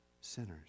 sinners